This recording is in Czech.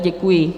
Děkuji.